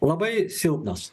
labai silpnas